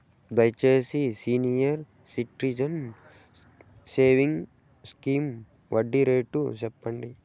దయచేసి senior citizens savings scheme వడ్డీ rate సెప్పండి